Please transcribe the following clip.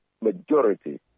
majority